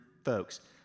folks